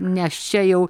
nes čia jau